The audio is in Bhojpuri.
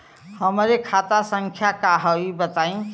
हमार खाता संख्या का हव बताई?